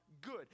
good